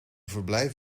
verblijf